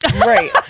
Right